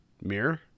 Mirror